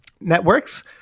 networks